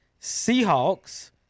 Seahawks